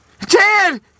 Ted